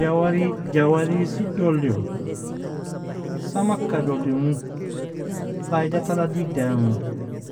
Jawari Jawarisi doliru, Samaka dolimu, Faidatala digda yamu.